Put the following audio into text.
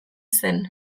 zen